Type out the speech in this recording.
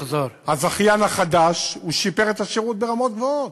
הזכיין החדש שיפר את השירות ברמות גבוהות.